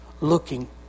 looking